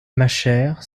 machère